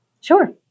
sure